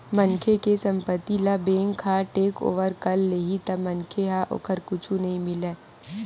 मनखे के संपत्ति ल बेंक ह टेकओवर कर लेही त मनखे ल ओखर कुछु नइ मिलय